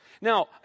Now